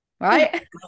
Right